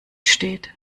steht